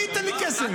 מי ייתן לי כסף?